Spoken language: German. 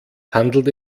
handelt